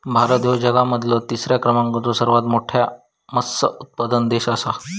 भारत ह्यो जगा मधलो तिसरा क्रमांकाचो सर्वात मोठा मत्स्य उत्पादक देश आसा